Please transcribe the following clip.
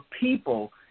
people